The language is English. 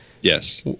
Yes